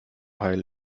heil